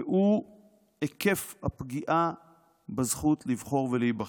והוא היקף הפגיעה בזכות לבחור ולהיבחר.